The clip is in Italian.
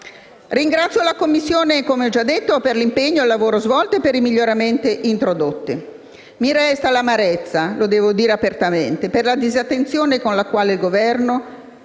Ringrazio la Commissione, come ho già detto, per l'impegno e il lavoro svolto e per i miglioramenti introdotti. Mi resta l'amarezza - lo devo dire apertamente - per la disattenzione con la quale il Governo